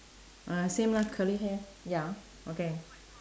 ah same lah curly hair ya okay